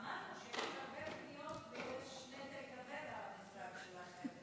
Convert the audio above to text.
אמרנו שיש הרבה פניות ויש נטל כבד על המשרד שלכם,